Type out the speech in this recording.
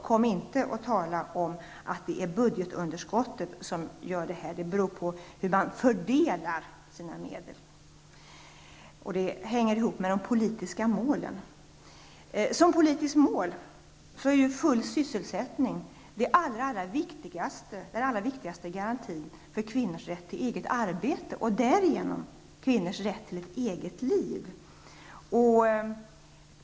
Kom inte och säg att det är budgetunderskottet som gör det här! Det beror på hur man fördelar sina medel, och det hänger ihop med de politiska målen. Som politiskt mål är full sysselsättning den allra bästa garantin för kvinnors rätt till eget arbete och därigenom kvinnors rätt till ett eget liv.